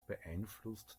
beeinflusst